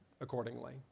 accordingly